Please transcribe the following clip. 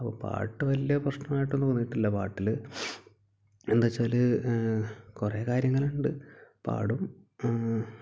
അപ്പം പാട്ട് വലിയ പ്രശ്നമായിട്ട് തോന്നിയിട്ടില്ല പാട്ടിൽ എന്താച്ചാൽ കുറേ കാര്യങ്ങളുണ്ട് പാടും